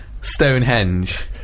Stonehenge